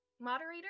moderator